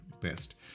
best